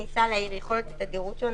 כניסה לעיר יכולה להיות תדירות שונה,